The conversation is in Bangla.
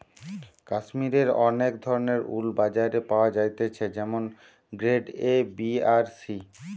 কাশ্মীরের অনেক ধরণের উল বাজারে পাওয়া যাইতেছে যেমন গ্রেড এ, বি আর সি